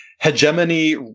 hegemony